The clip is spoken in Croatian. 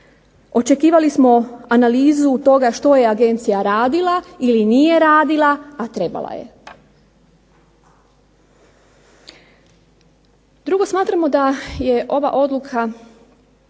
očekivali smo analizu toga što je agencija radila ili nije radila, a trebala je. Drugo smatramo da je ova odluka